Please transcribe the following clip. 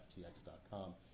FTX.com